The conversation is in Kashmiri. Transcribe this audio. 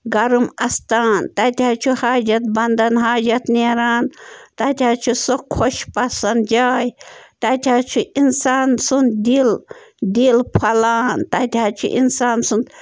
گرم اَستان تَتہِ حظ چھُ حاجت بَنٛدَن حاجَت نیران تَتہِ حظ چھِ سۄ خۄش پسنٛد جاے تتہِ حظ چھِ اِنسان سُنٛد دِل دِل پھلان تتہِ حظ چھِ اِنسان سُنٛد